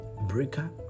Breaker